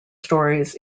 stories